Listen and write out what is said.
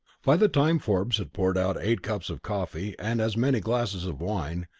by the time forbes had poured out eight cups of coffee and as many glasses of wine,